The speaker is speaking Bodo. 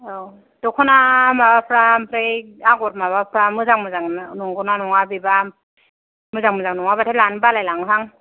औ दख'ना माबाफ्रा ओमफ्राय आगर माबाफ्रा मोजां मोजां नंगौना नङा बेबा मोजां मोजां नङाबाथाय लानो बालाय लाङो हां